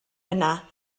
yna